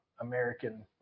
American